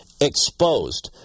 exposed